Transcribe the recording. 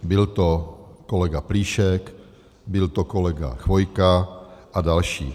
Byl to kolega Plíšek, byl to kolega Chvojka a další.